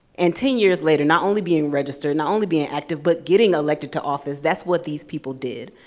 and ten years later, not only being registered, not only being active, but getting elected to office, that's what these people did.